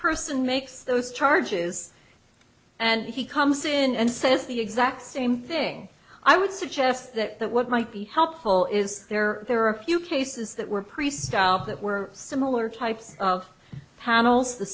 person makes those charges and he comes in and says the exact same thing i would suggest that that what might be helpful is there there are a few cases that were pretty stout that were similar types of panels the